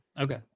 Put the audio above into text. Okay